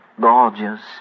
Gorgeous